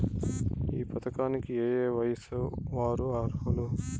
ఈ పథకానికి ఏయే వయస్సు వారు అర్హులు?